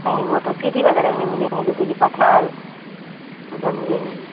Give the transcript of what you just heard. نہیں وہ تو سٹی وغیرہ میں ملیں گے جیسے کہ پٹنہ ادھر ملیں گے